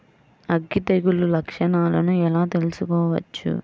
అగ్గి తెగులు లక్షణాలను ఎలా తెలుసుకోవచ్చు?